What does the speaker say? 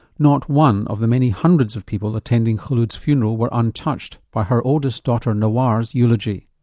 not one of the many hundreds of people attending khulod's funeral were untouched by her oldest daughter nawaar's eulogy.